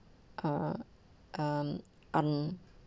uh um um